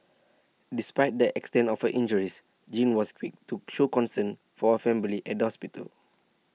despite the extent of her injures Jean was quick to show concern for her family at the hospital